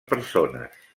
persones